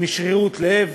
משרירות לב?